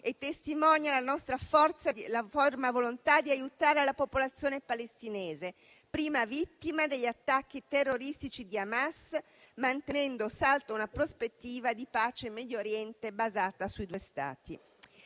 e testimonia la nostra ferma volontà di aiutare la popolazione palestinese, prima vittima degli attacchi terroristici di Hamas, mantenendo salda una prospettiva di pace in Medio Oriente basata sui due Stati.